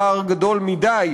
פער גדול מדי,